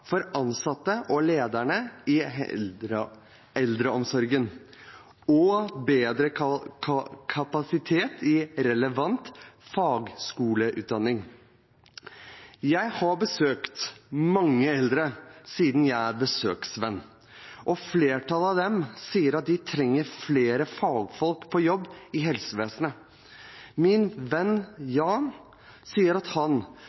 for ansatte og ledere i eldreomsorgen og bedre kapasitet i relevant fagskoleutdanning. Jeg har besøkt mange eldre siden jeg er besøksvenn, og flertallet av dem sier at de trenger flere fagfolk på jobb i helsevesenet. Min venn, Jan, sier at han